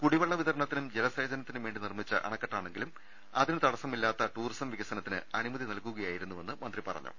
കുടിവെള്ള വിതരണത്തിനും ജല സേചനത്തിനും വേണ്ടി നിർമിച്ച അണക്കെട്ടാണെങ്കിലും അതിന് തടസ്സമില്ലാത്ത ടൂറിസം വികസനത്തിന് അനു മതി നൽകുകയായിരുന്നുവെന്ന് മന്ത്രി പറഞ്ഞു